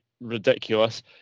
ridiculous